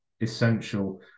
essential